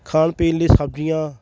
ਖਾਣ ਪੀਣ ਲਈ ਸਬਜ਼ੀਆਂ